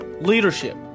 leadership